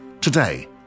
Today